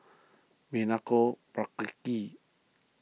Milenko Prvacki